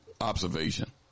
observation